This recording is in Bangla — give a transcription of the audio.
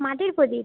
মাটির প্রদীপ